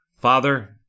Father